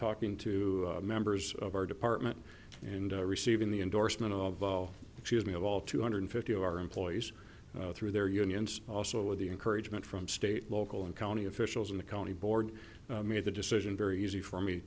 talking to members of our department and receiving the endorsement of excuse me of all two hundred fifty of our employees through their unions also with the encouragement from state local and county officials in the county board made the decision very easy for me